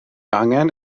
angen